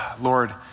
Lord